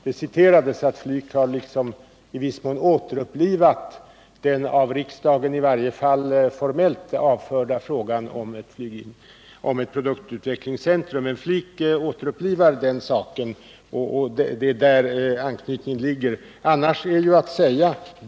Det citerades att FLIK i viss mån har återupplivat Nr 45 den av riksdagen, i varje fall formellt, avförda frågan om ett produktutveck Fredagen den lingscentrum. Men FLIK återupplivar alltså den, och det är där anknytningen — 1 december 1978 ligger.